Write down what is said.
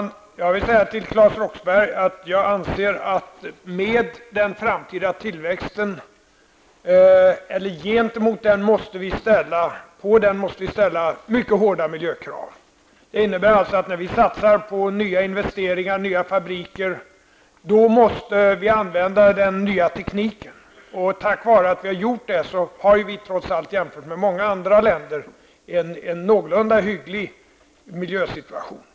Herr talman! Till Claes Roxbergh vill jag säga att jag anser att vi måste ställa mycket hårda miljökrav på den framtida tillväxten. När vi satsar på nya investeringar och nya fabriker, måste vi använda ny teknik. Tack vare att vi har gjort så, har vi, jämfört med många andra länder, trots allt en någorlunda hygglig miljösituation.